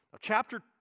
chapter